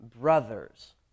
brothers